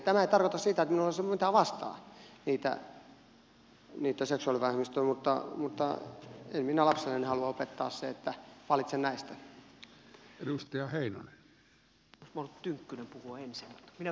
tämä ei tarkoita sitä että minulla olisi jotain seksuaalivähemmistöjä vastaan mutta en minä lapselleni halua opettaa sitä että valitse näistä